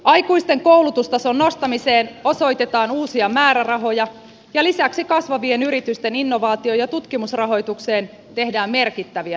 aikuisten koulutustason nostamiseen osoitetaan uusia määrärahoja ja lisäksi kasvavien yritysten innovaatio ja tutkimusrahoitukseen tehdään merkittäviä lisäpanostuksia